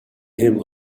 him